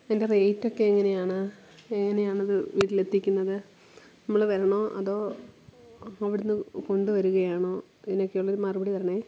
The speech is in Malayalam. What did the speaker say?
അതിൻ്റെ റേറ്റ് ഒക്കെ എങ്ങനെയാണ് എങ്ങനെയാണ് വീട്ടിലെത്തിക്കുന്നത് നമ്മള് വരണോ അതോ അവിടന്ന് കൊണ്ടുവരികയാണോ ഇതിനൊക്കെയുള്ള ഒരു മറുപടി തരണേ